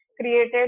created